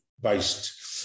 based